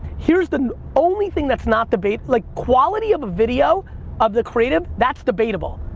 here's the only thing that's not debate, like quality of a video of the creative, that's debatable.